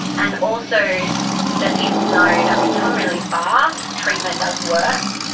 and also that people know that we've come really far, treatment does work.